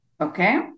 okay